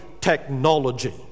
technology